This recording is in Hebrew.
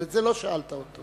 אבל את זה לא שאלת אותו.